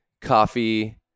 coffee